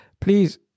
please